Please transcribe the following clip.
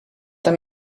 them